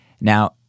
Now